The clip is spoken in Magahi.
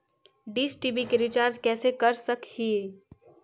डीश टी.वी के रिचार्ज कैसे कर सक हिय?